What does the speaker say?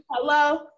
Hello